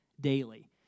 daily